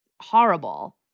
horrible